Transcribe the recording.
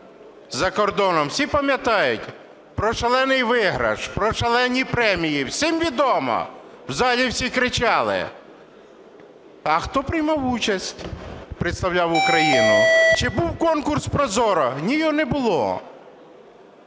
за кордоном всі пам'ятають? Про шалений виграш? Про шалені премії, всім відомо, в залі всі кричали? А хто приймав участь, представляв Україну? Чи був конкурс прозоро? Ні, його не було.